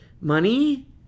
money